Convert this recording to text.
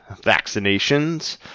vaccinations